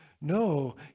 No